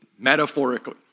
metaphorically